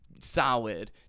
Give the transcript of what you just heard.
solid